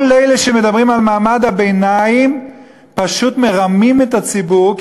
כל אלה שמדברים על מעמד הביניים פשוט מרמים את הציבור,